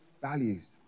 values